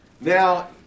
Now